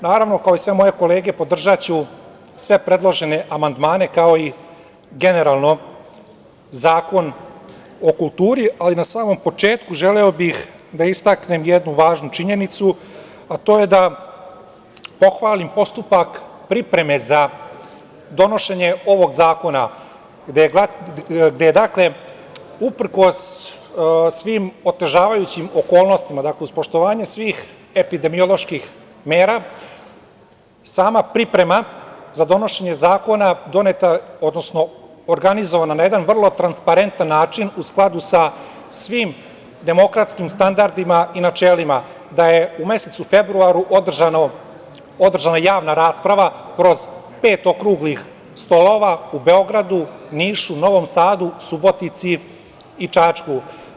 Naravno, kao i sve moje kolege podržaću sve predložene amandmane, kao i generalno Zakon o kulturi, ali na samom početku želeo bih da istaknem jednu važnu činjenicu, a to je da pohvalim postupak pripreme za donošenje ovog zakona gde uprkos svim otežavajućim okolnostima, dakle uz poštovanje svih epidemioloških mera, sama priprema za donošenje zakona doneta, odnosno organizovana na jedan vrlo transparentan način u skladu sa svim demokratskim standardima i načelima da je u mesecu februaru održana javna rasprava kroz pet okruglih stolova u Beogradu, Nišu, Novom Sadu, Subotici i Čačku.